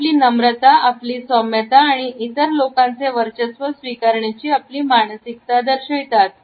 हे आपली नम्रता आपली सौम्यता आणि इतर लोकांचे वर्चस्व स्वीकारण्याची आपली मानसिकता दर्शवितो